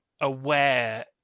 aware